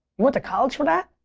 went to college for that?